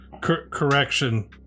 correction